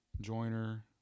joiner